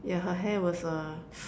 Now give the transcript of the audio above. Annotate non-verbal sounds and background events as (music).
yeah her hair was err (noise)